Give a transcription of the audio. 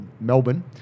Melbourne